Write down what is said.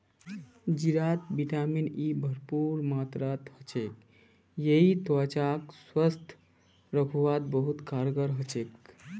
जीरात vitamin E भरपूर मात्रात ह छेक यई त्वचाक स्वस्थ रखवात बहुत कारगर ह छेक